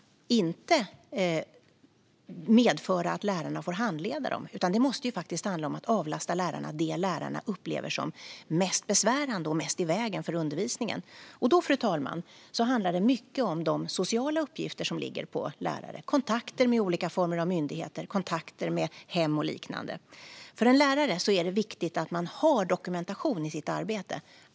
Detta ska inte medföra att lärarna får handleda lärarassistenterna, utan det måste faktiskt handla om att lärarassistenterna avlastar lärarna när det gäller det som lärarna upplever som mest besvärande och mest i vägen för undervisningen. Fru talman! Det handlar mycket om de sociala uppgifter som ligger på lärare - kontakter med olika myndigheter och kontakter med hem och liknande. För en lärare är det viktigt att ha dokumentation i sitt arbete.